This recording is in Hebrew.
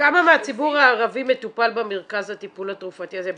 כמה מהציבור הערבי מטופל במרכז הטיפול התרופתי הזה,